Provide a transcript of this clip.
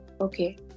okay